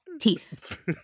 Teeth